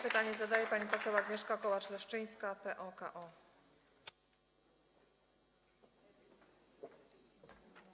Pytanie zadaje pani poseł Agnieszka Kołacz-Leszczyńska, PO-KO.